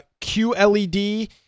QLED